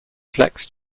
flex